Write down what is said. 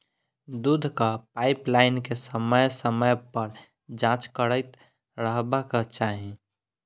दूधक पाइपलाइन के समय समय पर जाँच करैत रहबाक चाही